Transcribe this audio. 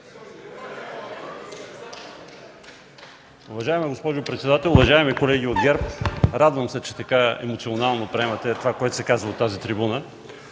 Уважаема госпожо председател, уважаеми колеги от ГЕРБ! Радвам се, че така емоционално приемате това, което се каза от тази трибуна.